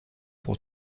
pour